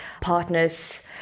partners